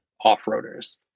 off-roaders